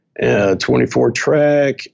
24-track